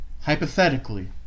hypothetically